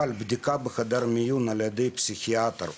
אבל בדיקה בחדר המיון ע"י פסיכיאטר,